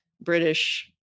British